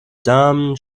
damen